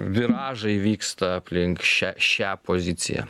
viražai vyksta aplink šią šią poziciją